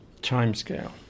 timescale